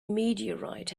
meteorite